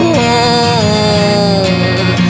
home